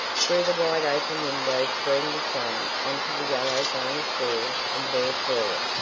through the wide-open window streamed the sun on to the yellow varnished walls and bare floor.